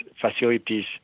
facilities